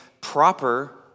proper